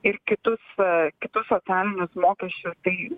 ir kitus e kitus socialinius mokesčius tai